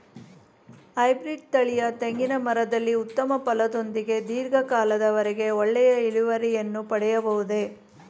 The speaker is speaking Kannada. ಹೈಬ್ರೀಡ್ ತಳಿಯ ತೆಂಗಿನ ಮರದಲ್ಲಿ ಉತ್ತಮ ಫಲದೊಂದಿಗೆ ಧೀರ್ಘ ಕಾಲದ ವರೆಗೆ ಒಳ್ಳೆಯ ಇಳುವರಿಯನ್ನು ಪಡೆಯಬಹುದೇ?